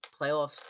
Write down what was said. playoffs